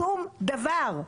שום דבר.